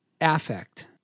Affect